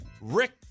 Rick